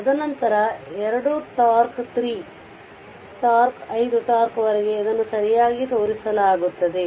ತದನಂತರ 2 τ 3 τ 5 τ ವರೆಗೆ ಅದನ್ನು ಸರಿಯಾಗಿ ತೋರಿಸಲಾಗುತ್ತದೆ